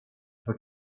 for